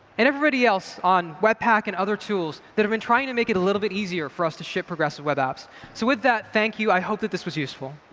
and everybody else on webpack and other tools that have been trying to make it a little bit easier for us to ship progressive web apps. so with that, thank you, i hope that this was useful.